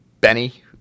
Benny